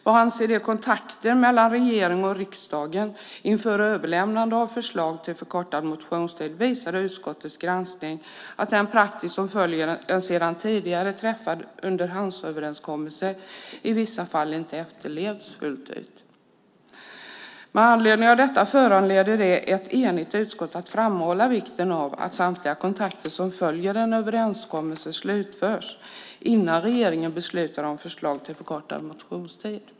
Vad avser kontakter mellan regering och riksdag inför överlämnande av förslag till förkortad motionstid visar utskottets granskning att den praxis som följer en sedan tidigare träffad underhandsöverenskommelse i vissa fall inte efterlevs fullt ut. Detta föranleder ett enigt utskott att framhålla vikten av att samtliga kontakter som följer en överenskommelse slutförs innan regeringen beslutar om förslag till förkortad motionstid.